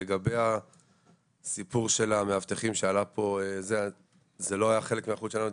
לגבי הסיפור של מאבטחים שעלה פה זה לא היה חלק מההיערכות שלנו לדיון,